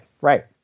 right